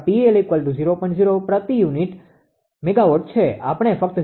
01 પ્રતિ unit megawatt છે આપણે ફક્ત 0